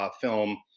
film